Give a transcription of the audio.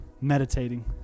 Meditating